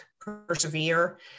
persevere